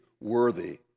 worthy